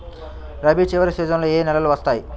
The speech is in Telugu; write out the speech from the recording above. రబీ చివరి సీజన్లో ఏ నెలలు వస్తాయి?